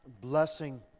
blessing